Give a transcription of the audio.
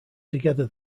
together